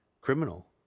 criminal